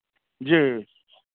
जी